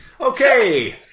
Okay